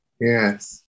Yes